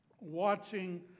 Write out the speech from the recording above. watching